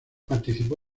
participó